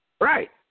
Right